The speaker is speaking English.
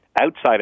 outside